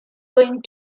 going